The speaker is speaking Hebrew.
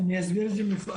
אני אסביר במפורט.